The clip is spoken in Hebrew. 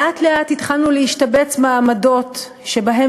לאט-לאט התחלנו להשתבץ בעמדות שבהן